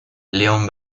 leon